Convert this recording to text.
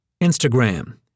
Instagram